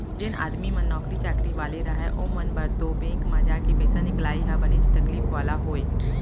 जेन आदमी मन नौकरी चाकरी वाले रहय ओमन बर तो बेंक म जाके पइसा निकलाई ह बनेच तकलीफ वाला होय